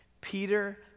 Peter